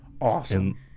Awesome